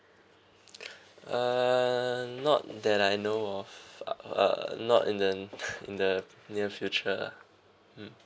uh not that I know of uh not in the in the near future lah